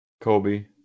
Kobe